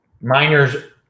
Miners